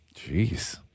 jeez